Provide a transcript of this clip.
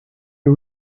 you